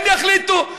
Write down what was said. הם יחליטו.